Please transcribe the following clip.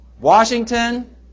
Washington